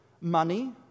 money